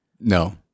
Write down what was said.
No